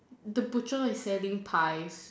the butcher is selling pies